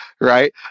right